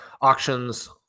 auctions